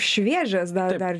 šviežias dar dar